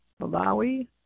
Malawi